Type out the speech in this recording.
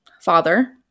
father